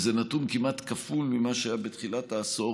וזה נתון כמעט כפול ממה שהיה בתחילת העשור,